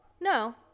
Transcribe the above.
No